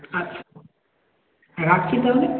আচ্ছা রাখছি তাহলে